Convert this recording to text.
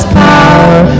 power